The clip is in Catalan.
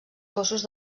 cossos